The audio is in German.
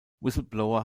whistleblower